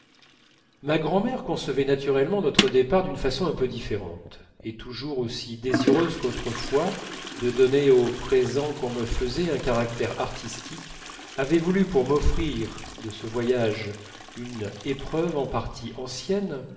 ma grand'mère concevait naturellement notre départ d'une façon un peu différente et toujours aussi désireuse qu'autrefois de donner aux présents qu'on me faisait un caractère artistique avait voulu pour m'offrir de ce voyage une épreuve en partie ancienne